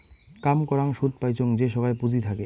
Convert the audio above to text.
কাম করাং সুদ পাইচুঙ যে সোগায় পুঁজি থাকে